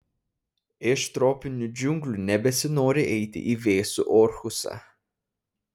iš tropinių džiunglių nebesinori eiti į vėsų orhusą